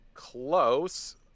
Close